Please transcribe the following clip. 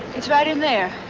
it's right in there.